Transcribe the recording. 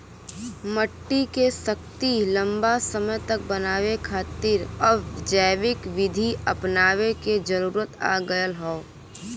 मट्टी के शक्ति लंबा समय तक बनाये खातिर अब जैविक विधि अपनावे क जरुरत आ गयल हौ